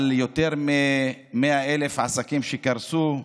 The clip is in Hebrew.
על יותר מ-100,000 עסקים שקרסו,